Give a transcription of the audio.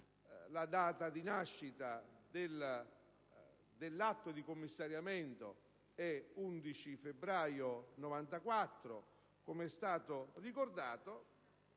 la data di nascita dell'atto di commissariamento è l'11 febbraio 1994, come è stato ricordato